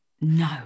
no